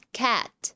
cat